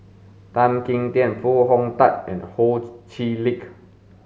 Tan Kim Tian Foo Hong Tatt and Ho Chee Lick